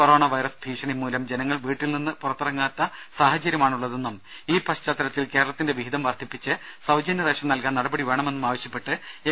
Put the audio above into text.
corona virus ഭീഷണി മൂലം ജനങ്ങൾ വീട്ടിൽ നിന്ന് പുറത്തിറങ്ങാത്ത സാഹചര്യമാണുള്ളതെന്നും ഈ പശ്ചാത്തലത്തിൽ കേരളത്തിന്റെ വിഹിതം വർധിപ്പിച്ച് സൌജന്യ റേഷൻ നൽകാൻ നടപടി വേണമെന്നും ആവശ്യപ്പെട്ട് എം